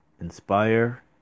inspire